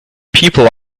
people